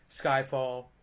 Skyfall